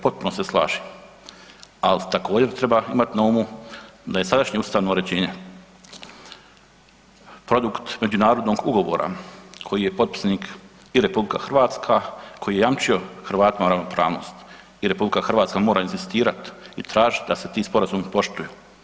Potpuno se slažem, ali također treba imati na umu da je sadašnje ustavno uređenje produkt međunarodnog ugovora koji je potpisnik i RH koji je jamčio Hrvatima ravnopravnost i RH mora inzistirati i tražiti da se ti sporazumi poštuju.